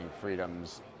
freedoms